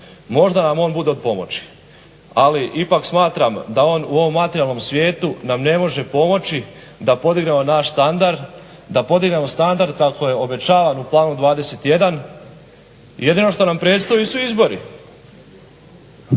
Možda nam on bude od pomoći ali ipak smatram da on u ovom materijalnom svijetu nam ne može pomoći da podignemo naš standard, da podignemo standard ako je obećavan u Planu 21. Jedino što nam predstoji su izbori.